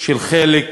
של חלק